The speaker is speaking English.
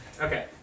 Okay